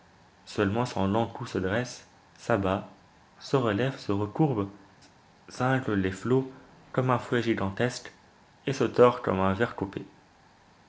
seulement son long cou se dresse s'abat se relève se recourbe cingle les flots comme un fouet gigantesque et se tord comme un ver coupé